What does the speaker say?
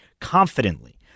confidently